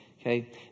Okay